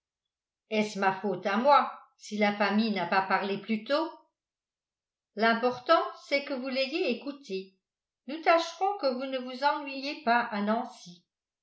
est-ce ma faute à moi si la famille n'a pas parlé plus tôt l'important c'est que vous l'ayez écoutée nous tâcherons que vous ne vous ennuyiez pas à nancy